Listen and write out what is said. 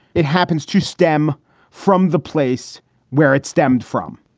it happens to stem from the place where it stemmed from.